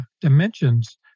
dimensions